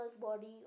body